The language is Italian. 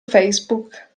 facebook